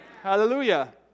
Hallelujah